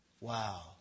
Wow